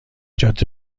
جاده